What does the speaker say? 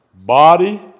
body